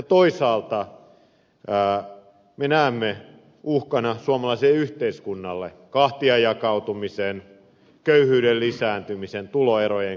toisaalta me näemme uhkana suomalaiselle yhteiskunnalle kahtiajakautumisen köyhyyden lisääntymisen tuloerojen kasvun syrjäytymisen